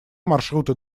маршруты